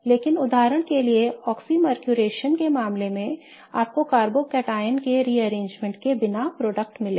लेकिन उदाहरण के लिए oxymercuration के मामले में आपको कार्बोकैटायन के पुनर्व्यवस्था के बिना उत्पाद मिलेगा